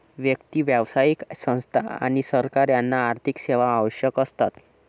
व्यक्ती, व्यावसायिक संस्था आणि सरकार यांना आर्थिक सेवा आवश्यक असतात